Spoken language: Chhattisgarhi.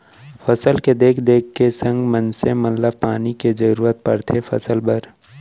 फसल के देख देख के संग मनसे मन ल पानी के जरूरत परथे फसल बर